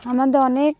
আমাদের অনেক